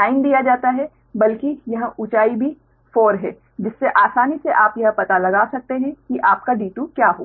9 दिया जाता है बल्कि यह ऊँचाई भी 4 है जिससे आसानी से आप यह पता लगा सकते हैं कि आपका d2 क्या होगा